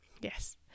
Yes